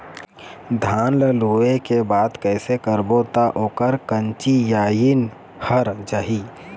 धान ला लुए के बाद कइसे करबो त ओकर कंचीयायिन हर जाही?